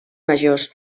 majors